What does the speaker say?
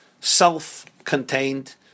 self-contained